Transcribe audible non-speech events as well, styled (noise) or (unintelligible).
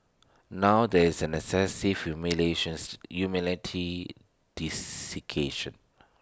now there is an excessive (noise) (unintelligible) humility (unintelligible)